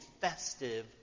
festive